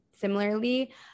Similarly